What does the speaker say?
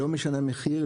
לא משנה מחיר,